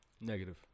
Negative